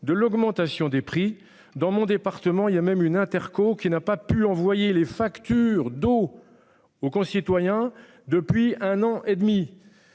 de l'augmentation des prix dans mon département, il y a même une interco qui n'a pas pu envoyer les factures d'eau. Aux concitoyens depuis un an et demi.